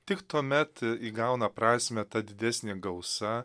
tik tuomet įgauna prasmę ta didesnė gausa